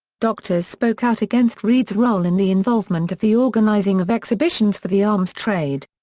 doctors spoke out against reed's role in the involvement of the organizing of exhibitions for the arms trade.